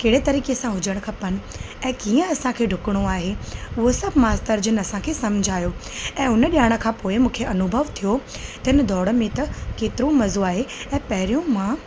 कहिड़े तरीक़े सां हुजणु खपनि ऐं कीअं असांखे डुकिणो आहे उहा सभु मास्तर जिन असांखे सम्झायो ऐं उन ॼाण खां पोइ मूंखे अनुभव थियो हिन दौड़ में त केतिरो मज़ो आहे ऐं पहिरियों मां